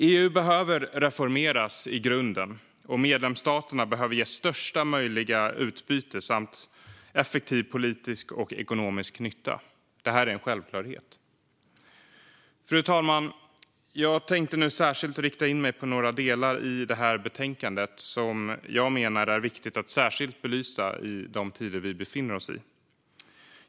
EU behöver reformeras i grunden, och medlemsstaterna behöver ges största möjliga utbyte samt effektiv politisk och ekonomisk nytta. Det är en självklarhet. Fru talman! Jag tänkte nu särskilt rikta in mig på några delar i betänkandet som jag menar är särskilt viktiga att belysa i de tider vi befinner oss i.